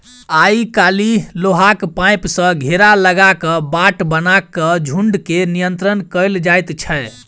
आइ काल्हि लोहाक पाइप सॅ घेरा लगा क बाट बना क झुंड के नियंत्रण कयल जाइत छै